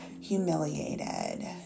humiliated